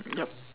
yup